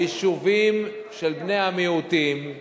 היישובים של בני המיעוטים הם